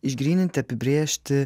išgryninti apibrėžti